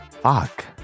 Fuck